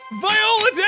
VIOLA